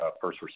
first